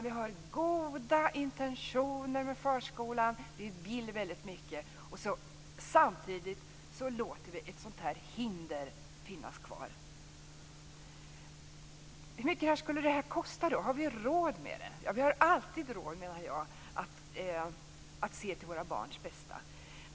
Vi har goda intentioner med förskolan. Vi vill väldigt mycket, och samtidigt låter vi ett sådant här hinder finnas kvar. Hur mycket skulle det här kosta? Har vi råd med det? Jag menar att vi alltid har råd att se till våra barns bästa.